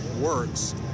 works